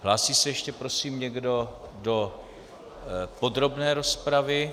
Hlásí se ještě prosím někdo do podrobné rozpravy?